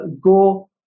go